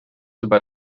über